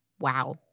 wow